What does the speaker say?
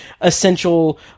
essential